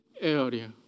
area